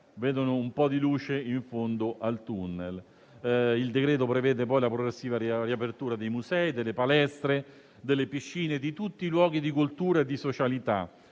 vedono un po' di luce in fondo al tunnel. Il decreto-legge in discussione prevede inoltre la progressiva di apertura dei musei, delle palestre, delle piscine e di tutti i luoghi di cultura e di socialità.